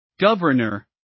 governor